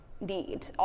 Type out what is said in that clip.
need